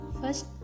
first